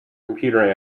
computer